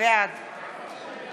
בעד ניר ברקת, בעד